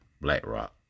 BlackRock